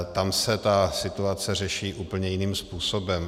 Tam se ta situace řeší úplně jiným způsobem.